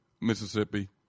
Mississippi